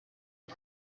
are